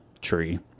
tree